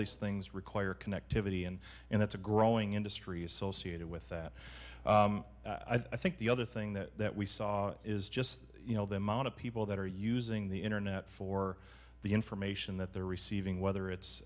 these things require connectivity and and that's a growing industry associated with that i think the other thing that we saw is just you know the amount of people that are using the internet for the information that they're receiving whether it's